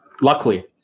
Luckily